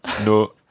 No